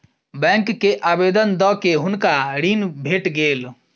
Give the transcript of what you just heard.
bank के आवेदन दअ के हुनका ऋण भेट गेल